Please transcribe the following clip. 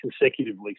consecutively